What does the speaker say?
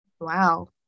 Wow